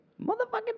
Motherfucking